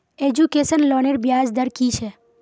Education लोनेर ब्याज दर कि छे?